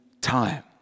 time